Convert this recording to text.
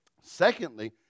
Secondly